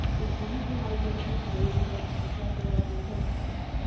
is the reason why we are here today, and that's exactly what i wanna talk about.